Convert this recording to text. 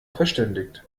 verständigt